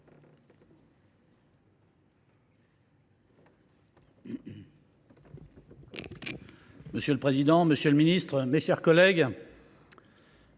Monsieur le président, monsieur le ministre, mes chers collègues,